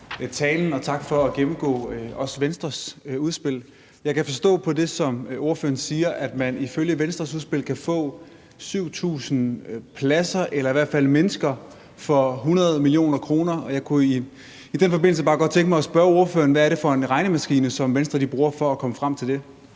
også for at gennemgå Venstres udspil. Jeg kan forstå på det, som ordføreren siger, at man ifølge Venstres udspil kan få 7.000 pladser, eller i hvert fald mennesker, for 100 mio. kr., og jeg kunne i den forbindelse bare godt tænke mig at spørge ordføreren, hvad det er for en regnemaskine, som Venstre bruger for at komme frem til det.